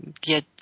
get